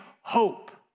hope